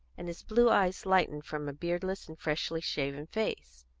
and his blue eyes lightened from a beardless and freshly shaven face.